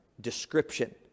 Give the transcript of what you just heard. description